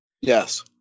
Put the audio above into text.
Yes